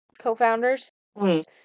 co-founders